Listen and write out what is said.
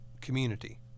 community